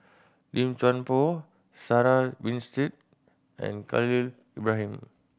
Lim Chuan Poh Sarah Winstedt and Khalil Ibrahim